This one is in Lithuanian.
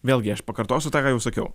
vėlgi aš pakartosiu tą ką jau sakiau